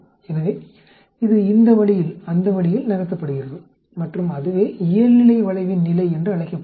எனவே இது இந்த வழியில் அந்த வழியில் நகர்த்தப்படுகிறது மற்றும் அதுவே இயல்நிலை வளைவின் நிலை என்று அழைக்கப்படுகிறது